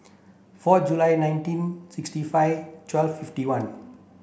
four July nineteen sixty five twelve fifty one